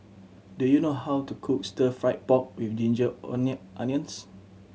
do you know how to cook stir fried pork with ginger onions